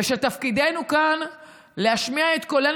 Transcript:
ושתפקידנו כאן להשמיע את קולנו